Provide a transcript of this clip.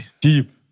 deep